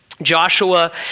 Joshua